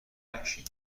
نکشی